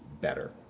better